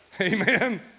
Amen